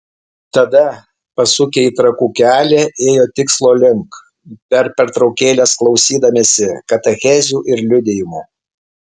tada pasukę į trakų kelią ėjo tikslo link per pertraukėles klausydamiesi katechezių ir liudijimų